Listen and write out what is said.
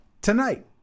tonight